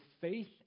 faith